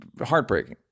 heartbreaking